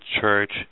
church